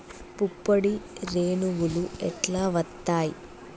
పుప్పొడి రేణువులు ఎట్లా వత్తయ్?